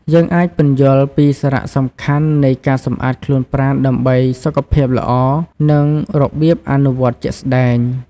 យើងអាចពន្យល់ពីសារៈសំខាន់នៃការសម្អាតខ្លួនប្រាណដើម្បីសុខភាពល្អ និងរបៀបអនុវត្តជាក់ស្ដែង។